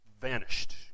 vanished